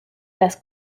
las